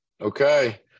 Okay